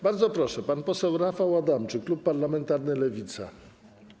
Bardzo proszę, pan poseł Rafał Adamczyk, klub parlamentarny Lewica.